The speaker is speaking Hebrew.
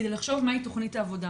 כדי לחשוב מהי תוכנית העבודה,